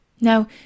Now